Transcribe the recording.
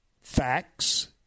facts